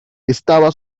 estaba